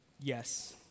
yes